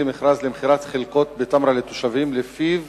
מכרז למכירת חלקות בתמרה לתושבים שלפיו